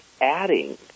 adding